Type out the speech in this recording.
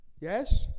Yes